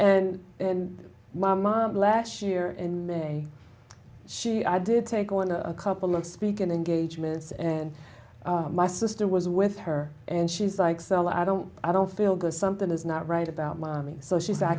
and my mom last year in may she i did take on a couple of speaking engagements and my sister was with her and she's like so i don't i don't feel good something is not right about mommy so she's i